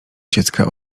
dziecka